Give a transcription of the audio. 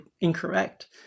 incorrect